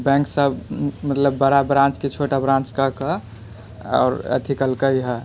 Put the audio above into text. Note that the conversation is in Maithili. बैङ्क सब मतलब बड़ा ब्राञ्चके छोटा ब्राञ्च कए कऽ अथि कैलकै हँ